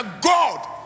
God